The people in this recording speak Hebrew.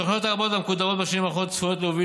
התוכניות הרבות המקודמות בשנים האחרונות צפויות להוביל